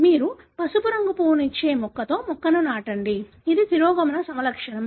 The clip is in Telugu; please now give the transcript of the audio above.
మీరు పసుపు రంగు పువ్వును ఇచ్చే మొక్కతో మొక్కను నాటండి ఇది తిరోగమన సమలక్షణం